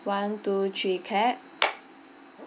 one two three clap